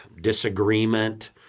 disagreement